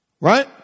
Right